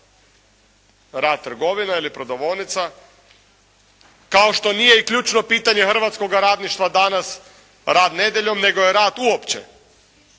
rad trgovina ili prodavaonica, kao što nije ključno pitanje hrvatskog radništva danas rad nedjeljom nego je rad uopće.